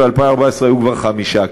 ב-2014 היו כבר חמישה.